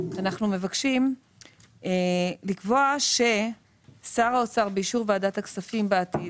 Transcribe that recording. אז אנחנו מבקשים לקבוע ששר האוצר באישור ועדת הכספים בעתיד,